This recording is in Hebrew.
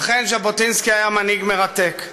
אכן, ז'בוטינסקי היה מנהיג מרתק,